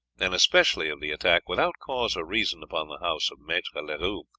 and especially of the attack without cause or reason upon the house of maitre leroux,